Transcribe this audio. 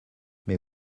mais